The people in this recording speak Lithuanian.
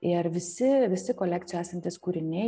ir visi visi kolekcijoj esantys kūriniai